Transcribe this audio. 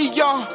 y'all